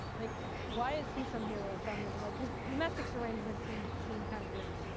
like why is he some hero of feminism? like his domestic so arrangements seem seem kind of grim.